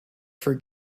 for